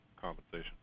compensation